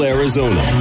Arizona